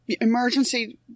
Emergency